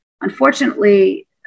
unfortunately